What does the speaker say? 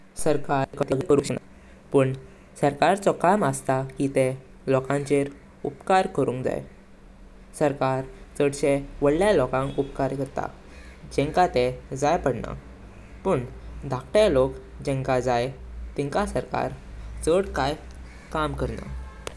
सरकार एकॉनॉमी खातीर सगळे करूँ शिकना। पण सरकारचो काम असता की तेह लोलांचर उपकार करूँज़ाई। सरकार चडशे वडल्या लोकांक उपकार करतां, जेंका तेह जाई पडना। पण दाखते लोक जेन्ना जाई, तिंका सरकार चड काई काम ज़रना।